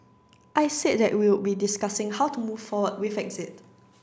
I said that we'll be discussing how to move forward with exit